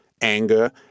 anger